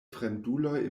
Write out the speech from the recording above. fremduloj